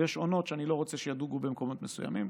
ויש עונות שאני לא רוצה שידוגו במקומות מסוימים.